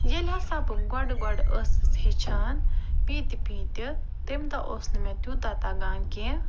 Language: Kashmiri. ییٚلہِ ہَسا بہٕ گۄڈٕ گۄڈٕ ٲسٕس ہیٚچھان پیٖنٛتہِ پیٖنٛتہِ تَمہِ دۄہ اوس نہٕ مےٚ تیٛوٗتاہ تَگان کیٚنٛہہ